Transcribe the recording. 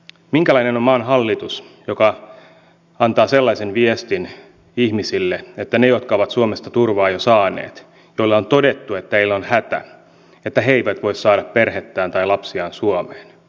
minkälainen on maan hallitus joka antaa sellaisen viestin ihmisille että ne jotka ovat suomesta turvaa jo saaneet joista on todettu että heillä on hätä eivät voi saada perhettään tai lapsiaan suomeen